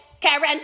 Karen